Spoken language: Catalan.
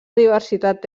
diversitat